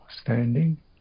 standing